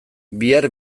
bihar